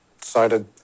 decided